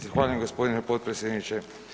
Zahvaljujem gospodine potpredsjedniče.